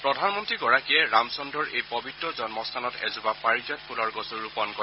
প্ৰধানমন্ৰীগৰাকীয়ে ৰামচন্তৰৰ এই পৱিত্ৰ জন্মস্থানত এজোপা পাৰিজাত ফুলৰ গছো ৰোপণ কৰে